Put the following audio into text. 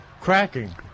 cracking